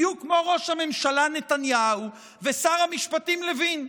בדיוק כמו ראש הממשלה נתניהו ושר המשפטים לוין.